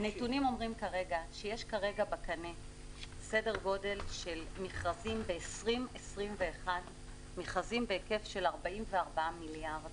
הנתונים הם שיש כרגע בקנה מכרזים ב-2021 בהיקף של 44 מיליארד